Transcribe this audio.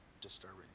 disturbing